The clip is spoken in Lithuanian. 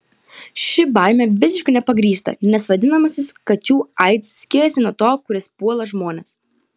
ši baimė visiškai nepagrįsta nes vadinamasis kačių aids skiriasi nuo to kuris puola žmones